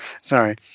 Sorry